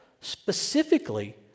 specifically